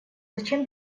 зачем